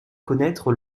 connaître